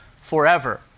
forever